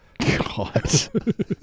God